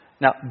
Now